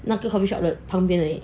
那个 hobby shop 的旁边而已